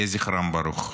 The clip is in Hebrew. יהי זכרם ברוך.